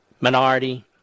minority